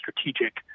Strategic